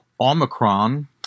Omicron